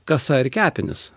kasa ir kepenys